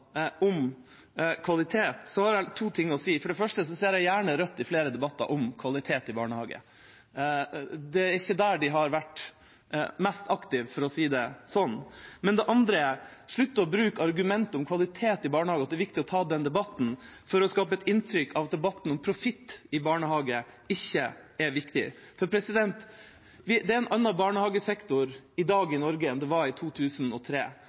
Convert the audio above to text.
om kvalitet, har jeg to ting å si: For det første ser jeg gjerne Rødt i flere debatter om kvalitet i barnehage. Det er ikke der de har vært mest aktive, for å si det sånn. Men det andre er: Slutt å bruke argumentet om kvalitet i barnehage, og at det er viktig å ta den debatten, for å skape et inntrykk av at debatten om profitt i barnehage ikke er viktig. Det er en annen barnehagesektor i Norge i dag enn det var i 2003.